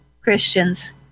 christians